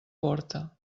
porta